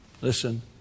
Listen